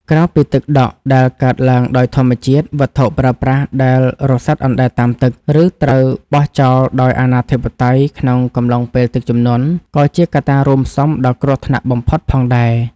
ក្រៅពីទឹកដក់ដែលកើតឡើងដោយធម្មជាតិ វត្ថុប្រើប្រាស់ដែលរសាត់អណ្តែតតាមទឹក ឬត្រូវបោះចោលដោយអនាធិបតេយ្យក្នុងអំឡុងពេលទឹកជំនន់ ក៏ជាកត្តារួមផ្សំដ៏គ្រោះថ្នាក់បំផុតផងដែរ។